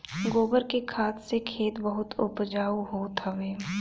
गोबर के खाद से खेत बहुते उपजाऊ होत हवे